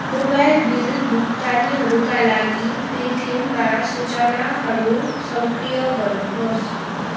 mobile bill भुक्तानीहरूका लागि पेटिएममा सूचनाहरू सक्रिय गर्नुहोस्